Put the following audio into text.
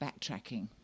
backtracking